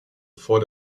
vor